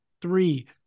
three